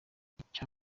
icya